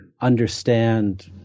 understand